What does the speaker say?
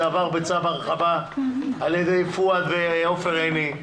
זה עבר בצו הרחבה על ידי פואד ועופר עיני.